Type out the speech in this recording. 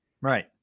Right